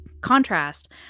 contrast